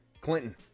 Clinton